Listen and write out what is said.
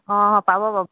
অঁ পাব পাব